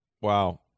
wow